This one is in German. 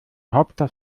hauptstadt